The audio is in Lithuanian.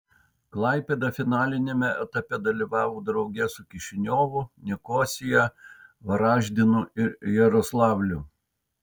klaipėda finaliniame etape dalyvavo drauge su kišiniovu nikosija varaždinu ir jaroslavliu